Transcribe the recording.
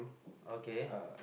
okay